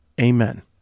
Amen